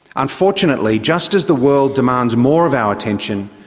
unfortunately, just as the world demands more of our attention,